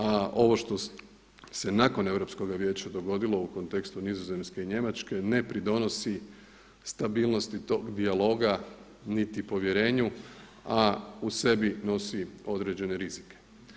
A ovo što se nakon Europskoga vijeća dogodilo u kontekstu Nizozemske i Njemačke ne pridonosi stabilnosti tog dijaloga, niti povjerenju a u sebi nosi određene rizike.